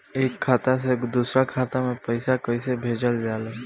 एक खाता से दूसरा खाता में पैसा कइसे भेजल जाला?